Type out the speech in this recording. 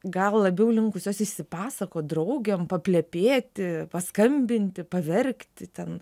gal labiau linkusios išsipasakot draugėm paplepėti paskambinti paverkti ten